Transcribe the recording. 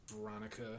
Veronica